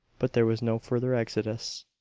but there was no further exodus.